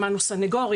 שמענו את הסנגוריה,